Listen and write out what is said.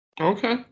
Okay